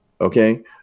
Okay